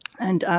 and